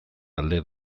alde